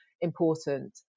important